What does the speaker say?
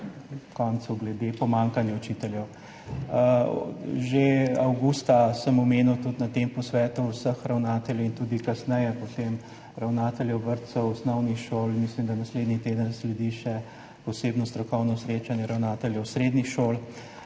začel glede pomanjkanja učiteljev. Že avgusta sem omenil na tem posvetu vseh ravnateljev in tudi kasneje potem ravnateljev vrtcev, osnovnih šol, mislim, da naslednji teden sledi še posebno strokovno srečanje ravnateljev srednjih šol,